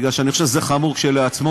כי אני חושב שזה חמור כשלעצמו,